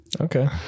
Okay